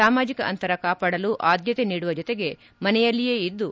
ಸಾಮಾಜಿಕ ಅಂತರ ಕಾಪಾಡಲು ಆದ್ದತೆ ನೀಡುವ ಜತಗೆ ಮನೆಯಲ್ಲಿಯೇ ಇದ್ದು